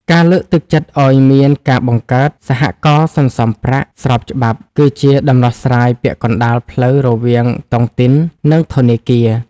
ការលើកទឹកចិត្តឱ្យមានការបង្កើត "សហករណ៍សន្សំប្រាក់" ស្របច្បាប់ គឺជាដំណោះស្រាយពាក់កណ្ដាលផ្លូវរវាងតុងទីន និងធនាគារ។